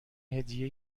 هدیه